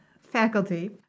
faculty